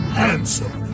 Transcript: handsome